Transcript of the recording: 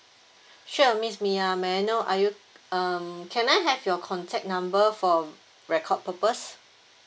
sure miss mia may I know are you um can I have your contact number for record purpose